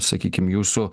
sakykim jūsų